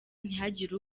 ntihagire